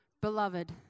Beloved